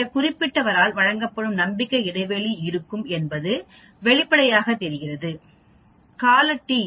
இந்த குறிப்பிட்டவரால் வழங்கப்படும் நம்பிக்கை இடைவெளி இருக்கும் என்பது வெளிப்படையாகத் தெரிகிறது கால t